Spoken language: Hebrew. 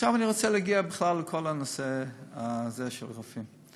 עכשיו אני רוצה להגיע לכל הנושא של הרופאים.